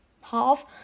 Half